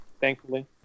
thankfully